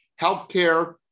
Healthcare